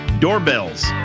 doorbells